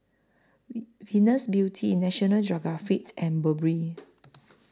Venus Beauty National Geographic and Burberry